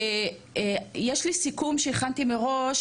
יש לי סיכום שהכנתי מראש,